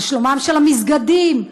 על שלומם של המסגדים,